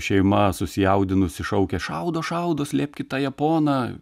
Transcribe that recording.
šeima susijaudinusi šaukia šaudo šaudo slėpkit tą japoną